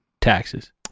Taxes